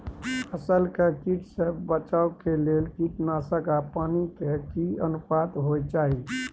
फसल के कीट से बचाव के लेल कीटनासक आ पानी के की अनुपात होय चाही?